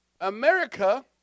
America